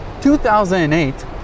2008